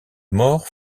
mort